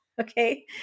Okay